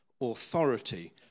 authority